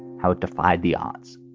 how it defied the odds.